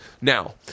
now